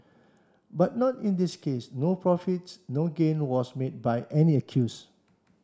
but not in this case no profits no gain was made by any accuse